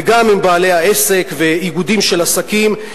וגם עם בעלי העסק ואיגודים של עסקים,